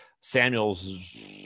Samuels